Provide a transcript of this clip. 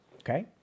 Okay